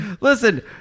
listen